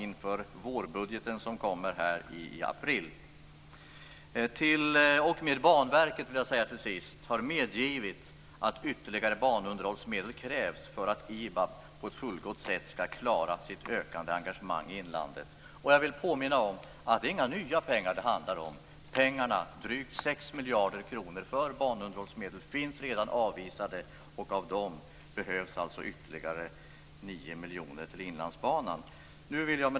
Till sist vill jag säga att t.o.m. Banverket har medgivit att ytterligare banunderhållsmedel krävs för att IBAB på ett fullgott sätt skall klara sitt ökande engagemang i inlandet. Jag vill påminna om att det inte handlar om några nya pengar. Pengarna, drygt 6 miljarder kronor för banunderhållsmedel, finns redan anvisade. Av dessa behövs alltså ytterligare 9 miljoner till Inlandsbanan. Fru talman!